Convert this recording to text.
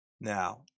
now